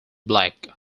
black